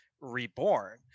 reborn